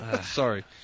Sorry